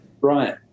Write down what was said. Right